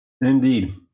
Indeed